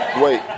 Wait